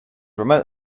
remote